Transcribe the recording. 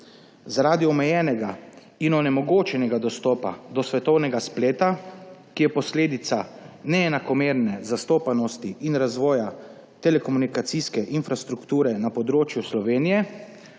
Zaradi omejenega in onemogočenega dostopa do svetovnega spleta, ki je posledica neenakomerne zastopanosti in razvoja telekomunikacijske infrastrukture na področju Slovenije,